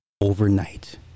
Overnight